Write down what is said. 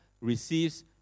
receives